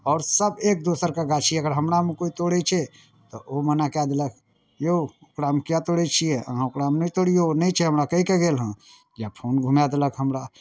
आओरसभ एक दोसरके गाछी अगर हमरामे कोइ तोड़ैत छै तऽ ओ मना कए देलक यौ ओकरामे किएक तोड़ैत छियै अहाँ ओकरामे नहि तोड़ियौ नहि छै हमरा कहि कऽ गेल हेँ या फोन घुमाए देलक हमरा